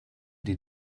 die